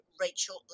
Rachel